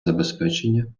забезпечення